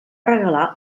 regalar